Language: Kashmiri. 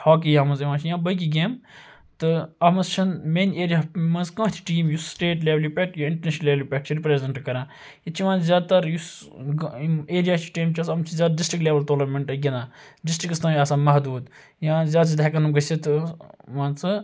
ہاکی یتھ مَنٛز یِوان چھ یا باقٕے گیم تہٕ اتھ مَنٛز چھنہٕ میانہِ ایریاہَس مَنٛز کانٛہہ تہِ ٹیٖم یُس سٹیٹ لیٚولہِ پیٚٹھ یا اِنٹَرنیشنَل لیٚولہِ پیٚٹھ چھُ رِپریٚزیٚنٹ کَران ییٚتہِ چھُ یِوان زیادٕ تر یُس گا یُس ایریا یِم چھِ زیادٕ ڈِسٹرک لیٚوَل ٹورنَمنٹ گِنٛدان ڈِسٹرکَس تانۍ آسان محدوٗد یا زیادٕ سے زیاد ہیٚکَن یِم گٔژھِتھ تہٕ مان ژٕ